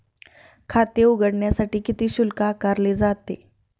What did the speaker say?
खाते उघडण्यासाठी किती शुल्क आकारले जाते?